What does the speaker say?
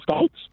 States